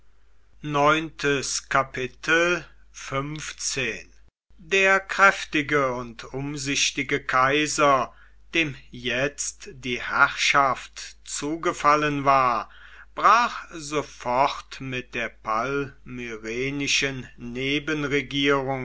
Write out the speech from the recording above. der kräftige und umsichtige kaiser dem jetzt die herrschaft zugefallen war brach sofort mit der